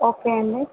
okay అండి